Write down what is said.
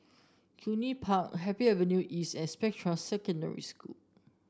Cluny Park Happy Avenue East and Spectra Secondary School